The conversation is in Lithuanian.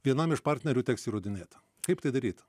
vienam iš partnerių teks įrodinėti kaip tai daryti